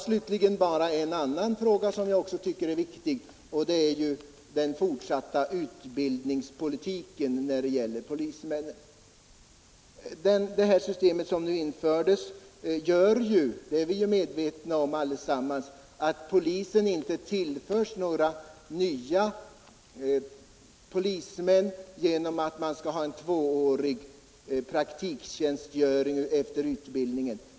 Slutligen bara en annan fråga som också är viktig, och det är den fortsatta utbildningspolitiken när det gäller polismännen. Det systemet som nu införs gör det är vi ju medvetna om allesamman att Poliskåren inte tillförs några nya polismän genom att man skall ha en tvåårig praktiktjänstgöring efter utbildningen.